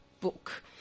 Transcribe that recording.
book